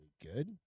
good